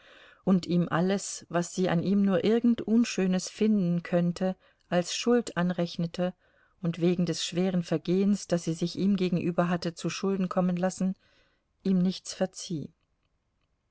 und ihm alles was sie an ihm nur irgend unschönes finden könnte als schuld anrechnete und wegen des schweren vergehens das sie sich ihm gegenüber hatte zuschulden kommen lassen ihm nichts verzieh